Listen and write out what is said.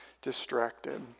distracted